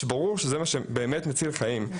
כשברור שזה מה שבאמת מציל חיים.